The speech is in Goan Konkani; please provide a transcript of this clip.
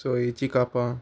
सोयेचीं कापां